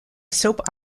soap